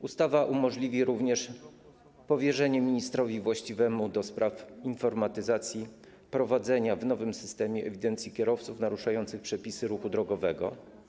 Ustawa umożliwi również powierzenie ministrowi właściwemu do spraw informatyzacji prowadzenia w nowym systemie ewidencji kierowców naruszających przepisy ruchu drogowego.